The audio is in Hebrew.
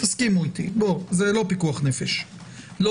אתם